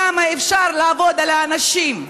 כמה אפשר לעבוד על האנשים?